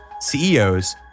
CEOs